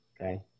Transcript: okay